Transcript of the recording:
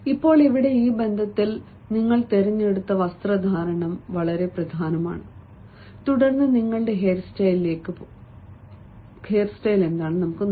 ഇപ്പോൾ ഇവിടെ ഈ ബന്ധത്തിൽ നിങ്ങൾ തിരഞ്ഞെടുത്ത വസ്ത്രധാരണം വളരെ പ്രധാനമാണ് തുടർന്ന് നിങ്ങളുടെ ഹെയർസ്റ്റൈലിലേക്ക് വരുന്നു